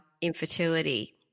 infertility